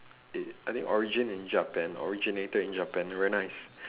it I think origin in japan originated in japan very nice